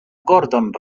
gordon